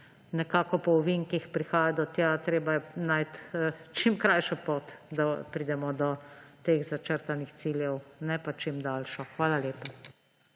nekako po ovinkih prihajati do tja. Treba je najti čim krajšo pot, da pridemo do teh začrtanih ciljev, ne pa čim daljšo. Hvala lepa.